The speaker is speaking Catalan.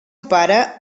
pare